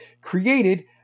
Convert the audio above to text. Created